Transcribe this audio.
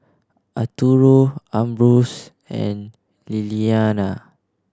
Arturo Ambrose and Lillianna